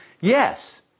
yes